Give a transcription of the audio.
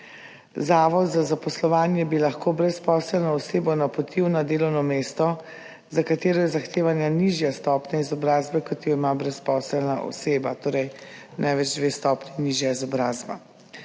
Zavod za zaposlovanje bi lahko brezposelno osebo napotil na delovno mesto, za katero je zahtevana nižja stopnja izobrazbe, kot jo ima brezposelna oseba, torej največ dve stopnji nižja izobrazba.